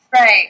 Right